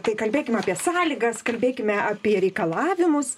tai kalbėkim apie sąlygas kalbėkime apie reikalavimus